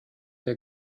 der